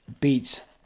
Beats